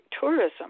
tourism